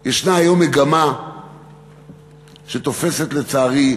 ישנה היום מגמה שתופסת לצערי תאוצה,